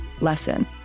lesson